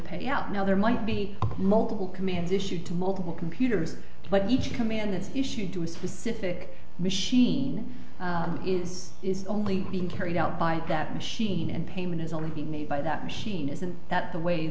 pay out now there might be multiple commands issued to multiple computers but each command that's issued to a specific machine is is only being carried out by that machine and payment is only being made by that machine isn't that the way